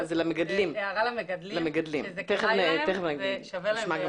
אלא הערה למגדלים שזה כדאי להם ושווה להם ליישם את זה.